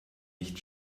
nicht